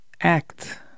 act